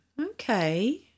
okay